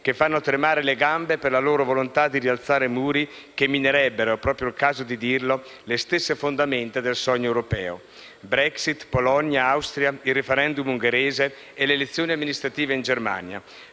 che fanno tremare le gambe per la loro volontà di rialzare muri, che minerebbero - è proprio il caso di dirlo - le stesse fondamenta del sogno europeo. Brexit, Polonia, Austria, il *referendum* ungherese e le elezioni amministrative in Germania: